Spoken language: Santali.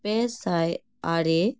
ᱯᱮᱥᱟᱭ ᱟᱨᱮ